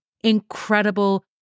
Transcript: incredible